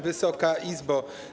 Wysoka Izbo!